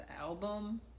album